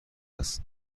است